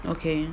okay